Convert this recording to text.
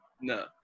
No